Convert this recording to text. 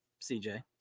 CJ